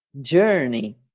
journey